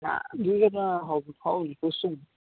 ନା ଦୁଇଶହ ଟଙ୍କା ହେଉନି ହେଉନି ପୋଶୋଉନି